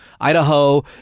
Idaho